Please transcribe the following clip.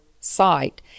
site